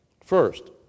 First